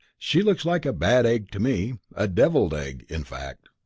she looks like a bad egg to me a devilled egg, in fact.